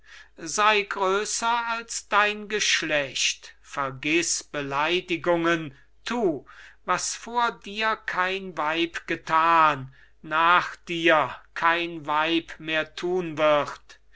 sei größer als dein geschlecht vergiß beleidigungen tu was vor dir kein weib getan nach dir kein weib mehr tun wird